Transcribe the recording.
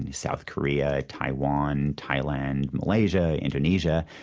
and south korea, taiwan, thailand, malaysia, indonesia,